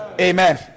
Amen